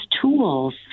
tools